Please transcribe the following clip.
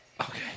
okay